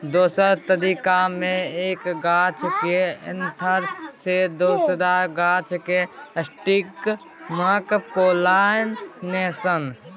दोसर तरीका मे एक गाछक एन्थर सँ दोसर गाछक स्टिगमाक पोलाइनेशन